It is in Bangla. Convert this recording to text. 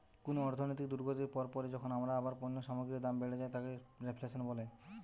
কুনো অর্থনৈতিক দুর্গতির পর পরই যখন আবার পণ্য সামগ্রীর দাম বেড়ে যায় তাকে রেফ্ল্যাশন বলে